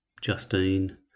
Justine